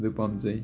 ꯑꯗꯨ ꯄꯥꯝꯖꯩ